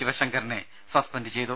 ശിവശങ്കറിനെ സസ്പെന്റ് ചെയ്തു